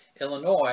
Illinois